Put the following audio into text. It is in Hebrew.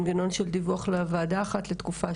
מנגנון של דיווח לוועדה אחת לתקופה,